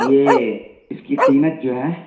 یہ اس کی قیمت جو ہے